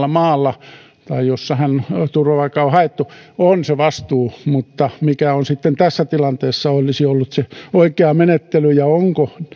maalla josta turvapaikkaa on ensimmäisenä haettu on se vastuu mutta mikä sitten tässä tilanteessa olisi ollut se oikea menettely ja ovatko